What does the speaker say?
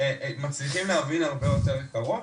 מצליחים להבין הרבה יותר מקרוב.